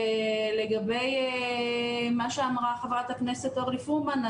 לגבי מה שאמרה חברת הכנסת אורלי פרומן,